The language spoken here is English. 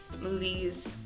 movies